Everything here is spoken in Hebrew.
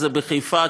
זה בחיפה,